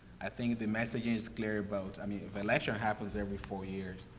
i think the message is clear about, i mean, if an election happens every four years,